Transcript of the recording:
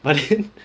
but then